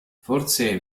forse